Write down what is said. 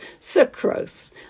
sucrose